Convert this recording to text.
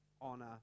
honor